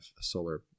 solar